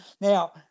Now